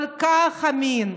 כל כך אמין,